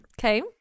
Okay